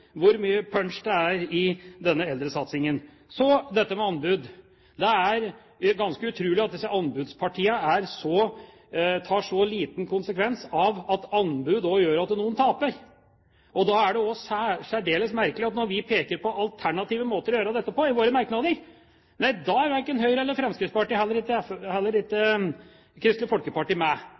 hvor mye punch det er i denne eldresatsningen. Så dette med anbud: Det er ganske utrolig at disse anbudspartiene tar så lite konsekvens av at anbud gjør at noen taper. Da er det også særdeles merkelig at når vi peker på alternative måter å gjøre dette på i våre merknader, er verken Høyre eller Fremskrittspartiet og heller ikke Kristelig Folkeparti med.